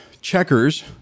checkers